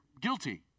guilty